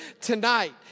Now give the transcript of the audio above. tonight